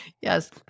yes